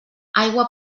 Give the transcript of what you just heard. aigua